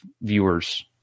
viewers